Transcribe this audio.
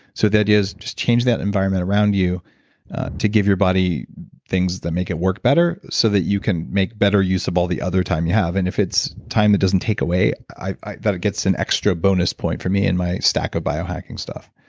so that is just change that environment around you to give your body things that make it work better so that you can make better use of all the other time you have. and if it's time that doesn't take away, that it gets in extra bonus point, for me and my stack of biohacking stuff